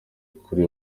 kuri